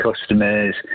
customers